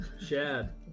Shad